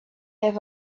have